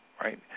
right